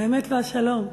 האמת והשלום,